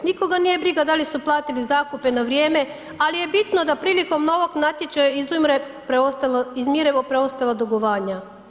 Nikoga nije briga da li su platili zakupe na vrijeme, ali je bitno da prilikom novog natječaja izmire preostala dugovanja.